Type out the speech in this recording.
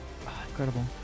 Incredible